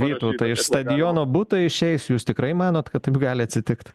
vytautai iš stadiono butai išeis jūs tikrai manot kad taip gali atsitikt